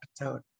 episode